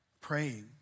praying